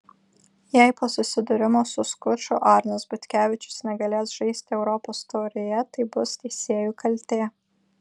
jei po susidūrimo su skuču arnas butkevičius negalės žaisti europos taurėje tai bus teisėjų kaltė